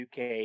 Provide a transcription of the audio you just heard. UK